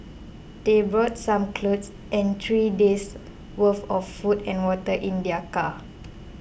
they brought some clothes and three days' worth of food and water in their car